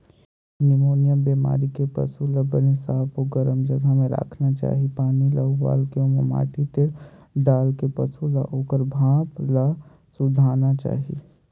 pneumonia बेमारी के पसू ल बने साफ अउ गरम जघा म राखना चाही, पानी ल उबालके ओमा माटी तेल डालके पसू ल ओखर भाप ल सूंधाना चाही